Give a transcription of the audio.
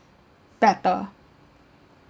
better